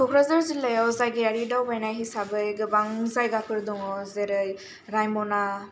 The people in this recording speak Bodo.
आं क'क्राझार जिल्लायाव जायगायारि दावबायनाय हिसाबै गोबां जायगाफोर दं जेरै रायम'ना